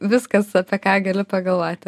viskas apie ką gali pagalvoti